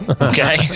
Okay